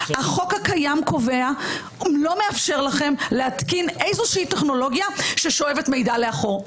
החוק הקיים לא מאפשר לכם להתקין איזה טכנולוגיה ששואבת מידע לאחור,